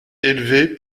élevé